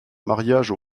mariage